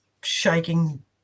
shaking